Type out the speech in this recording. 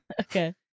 okay